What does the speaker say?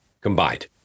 combined